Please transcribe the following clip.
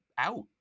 Out